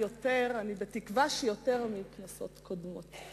ואולי אפילו יותר, אני מקווה שיותר מכנסות קודמות.